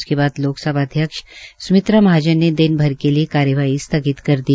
उसके बाद लोकसभा अध्यक्ष सुमित्रा महाजन ने दिन भर के लिये कार्यवाही स्थगित कर दी